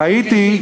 ראיתי,